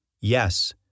Yes